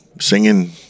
Singing